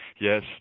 Yes